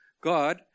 God